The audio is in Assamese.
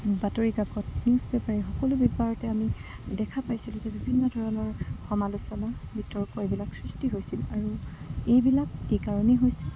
বাতৰিকাকত নিউজপেপাৰ সকলো পেপাৰতে আমি দেখা পাইছিলোঁ যে বিভিন্ন ধৰণৰ সমালোচনা বিতৰ্ক এইবিলাক সৃষ্টি হৈছিল আৰু এইবিলাক এই কাৰণেই হৈছিল